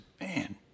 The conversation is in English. man